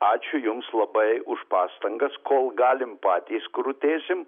ačiū jums labai už pastangas kol galim patys krutėsim